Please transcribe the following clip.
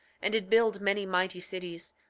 and did build many mighty cities,